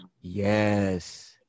Yes